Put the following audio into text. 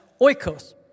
oikos